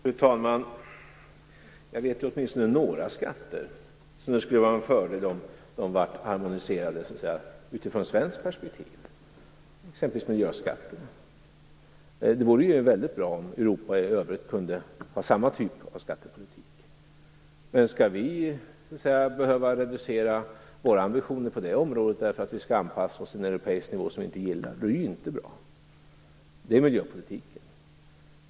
Fru talman! Jag vet åtminstone några skatter som det från svenskt perspektiv skulle vara en fördel om de blev harmoniserade, exempelvis miljöskatterna. Det vore väldigt bra om Europa i övrigt kunde ha samma typ av skattepolitik. Men om vi skall behöva reducera våra ambitioner på det området därför att vi skall anpassa oss till en europeisk nivå som vi inte gillar, är det inte bra. Det är miljöpolitiken.